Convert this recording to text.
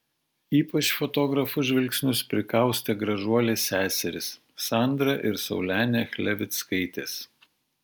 ypač fotografų žvilgsnius prikaustė gražuolės seserys sandra ir saulenė chlevickaitės